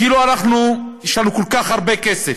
כאילו אנחנו, יש לנו כל כך הרבה כסף,